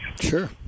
Sure